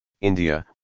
India